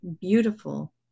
beautiful